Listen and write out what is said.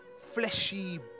fleshy